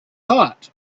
hot